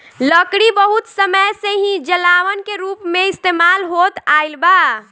लकड़ी बहुत समय से ही जलावन के रूप में इस्तेमाल होत आईल बा